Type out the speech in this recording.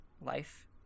life